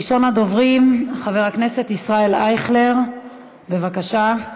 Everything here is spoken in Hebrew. ראשון הדוברים חבר הכנסת ישראל אייכלר, בבקשה.